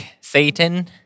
Satan